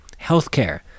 healthcare